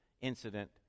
incident